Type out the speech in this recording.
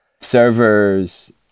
servers